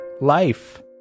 life